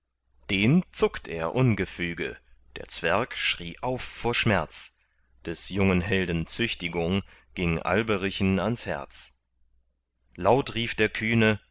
den zuckt er ungefüge der zwerg schrie auf vor schmerz des jungen helden züchtigung ging alberichen ans herz laut rief der kühne